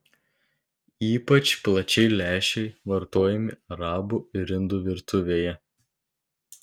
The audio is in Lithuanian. ypač plačiai lęšiai vartojami arabų ir indų virtuvėje